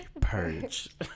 Purge